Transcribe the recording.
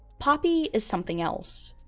poppy is something else.